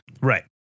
Right